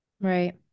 Right